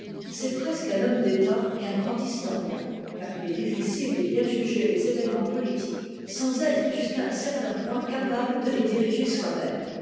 c'est presque un homme d'état qu'un grand historien car il est difficile de bien juger les événements politiques sans être jusqu'à un certain point capable de les diriger soi-même